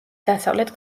დასავლეთ